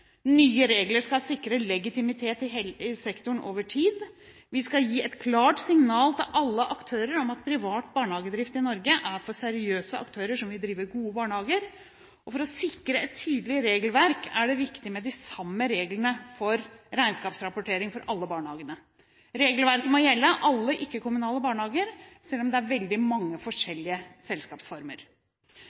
Nye regler skal sikre legitimitet i sektoren over tid. Vi skal gi et klart signal til alle aktører om at privat barnehagedrift i Norge er for seriøse aktører som vil drive gode barnehager. For å sikre et tydelig regelverk er det viktig med de samme reglene for regnskapsrapportering for alle barnehagene. Regelverket må gjelde alle ikke-kommunale barnehager, selv om det er veldig mange forskjellige selskapsformer.